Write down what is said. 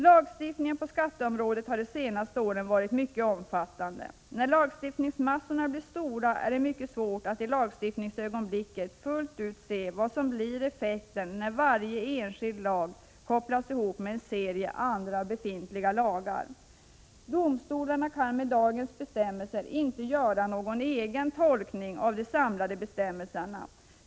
Lagstiftningen på skatteområdet har de senaste åren varit mycket omfattande. När lagstiftningsmassorna blir stora, är det mycket svårt att i lagstiftningsögonblicket fullt ut se vad som blir effekten när varje enskild lag kopplas ihop med en serie andra, befintliga lagar. Domstolarna kan med dagens bestämmelser inte göra någon egen tolkning av de samlade bestämmelserna.